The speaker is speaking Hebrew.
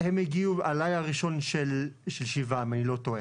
הם הגיעו בלילה הראשון של השבעה, אם אני לא טועה.